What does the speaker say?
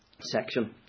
section